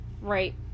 right